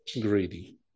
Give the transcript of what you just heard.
greedy